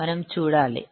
మనం చూడాలి